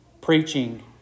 preaching